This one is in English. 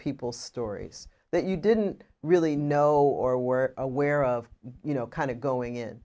people stories that you didn't really know or were aware of you know kind of going